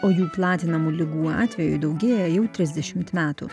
o jų platinamų ligų atvejų daugėja jau trisdešimt metų